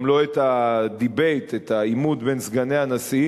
גם לא את ה-debate, את העימות בין "סגני הנשיא",